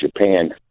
Japan